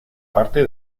parte